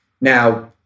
Now